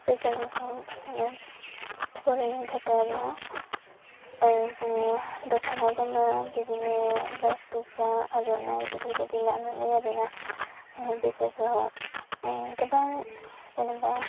बैसागुखौ बरायनो थाखाय आरो जोङो दख'ना गोमो बिदिनो ब्लाउस गोजा आर'नाइ बेफोर बायदि लानानै आरोना बैसागुआव गोबां जेनेबा